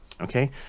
Okay